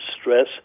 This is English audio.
stress